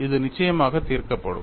இது நிச்சயமாக தீர்க்கப்படும்